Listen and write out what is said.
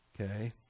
Okay